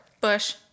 Bush